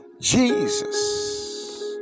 Jesus